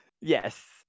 yes